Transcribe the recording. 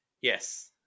Yes